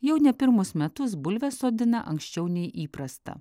jau ne pirmus metus bulves sodina anksčiau nei įprasta